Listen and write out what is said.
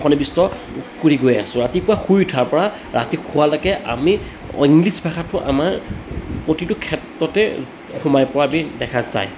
সন্নিবিষ্ট কৰি গৈ আছোঁ ৰাতিপুৱা শুই উঠাৰ পৰা ৰাতি শোৱালৈকে আমি ইংলিছ ভাষাটো আমাৰ প্ৰতিটো ক্ষেত্ৰতে সোমাই পৰা আমি দেখা যায়